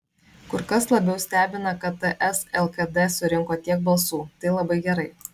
kur kas labiau stebina kad ts lkd surinko tiek balsų tai labai gerai